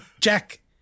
Jack